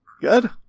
Good